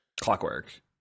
Clockwork